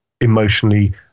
emotionally